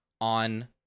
on